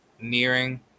nearing